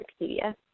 Wikipedia